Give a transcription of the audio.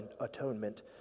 atonement